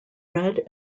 red